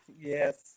Yes